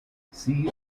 see